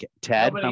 Ted